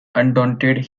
undaunted